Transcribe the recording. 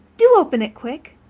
do open it quick.